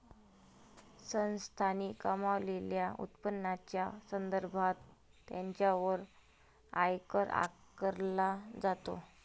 संस्थांनी कमावलेल्या उत्पन्नाच्या संदर्भात त्यांच्यावर आयकर आकारला जातो